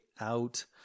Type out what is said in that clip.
out